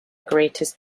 greatest